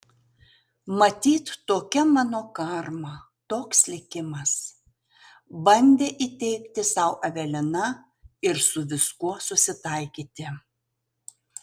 matyt tokia mano karma toks likimas bandė įteigti sau evelina ir su viskuo susitaikyti